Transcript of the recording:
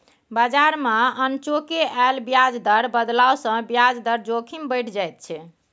बजार मे अनचोके आयल ब्याज दर बदलाव सँ ब्याज दर जोखिम बढ़ि जाइत छै